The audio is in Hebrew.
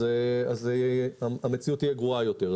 אז המציאות תהיה גרועה יותר.